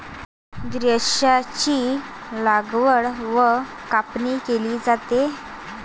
द्राक्षांची लागवड व कापणी केली जाते